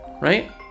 right